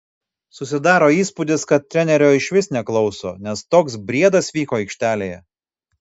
susidaro įspūdis kad trenerio išvis neklauso nes toks briedas vyko aikštelėje